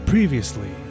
Previously